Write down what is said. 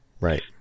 Right